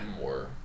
more